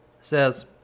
says